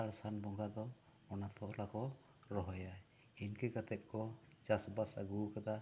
ᱟᱥᱟᱲ ᱥᱟᱱ ᱵᱚᱸᱜᱟ ᱫᱚ ᱚᱱᱟ ᱯᱚᱦᱞᱟ ᱠᱚ ᱨᱚᱦᱚᱭᱟ ᱤᱱᱠᱟᱹ ᱠᱟᱛᱮ ᱠᱚ ᱪᱟᱥ ᱟᱥ ᱟᱹᱜᱩ ᱟᱠᱟᱫᱟ ᱥᱮ